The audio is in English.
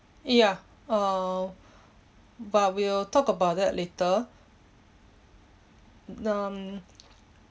ya uh but we'll talk about that later um